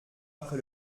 après